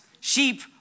Sheep